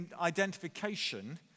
identification